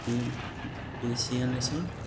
बे एसेनोसै